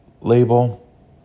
label